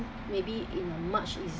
maybe in a much